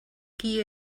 qui